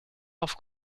auf